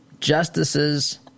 justice's